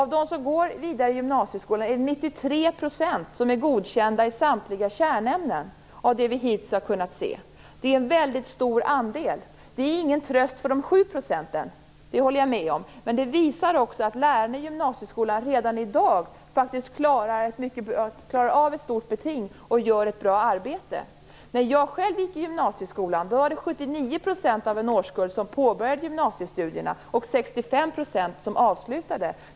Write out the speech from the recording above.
Vi har hittills kunnat se att 93 % av dem som går vidare i gymnasieskolan är godkända i samtliga kärnämnen. Det är en väldigt stor andel. Det är ingen tröst för de sju procenten - det håller jag med om - men det visar att lärarna i gymnasieskolan redan i dag klarar av ett stort beting och gör ett bra arbete. När jag själv gick i gymnasieskolan var det 79 % 65 % som avslutade dem.